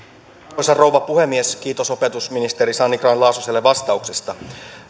arvoisa rouva puhemies kiitos opetusministeri sanni grahn laasoselle vastauksesta